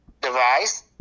Device